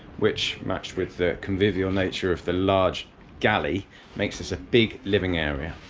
which matched with the convivial nature of the large galley makes this a big living area,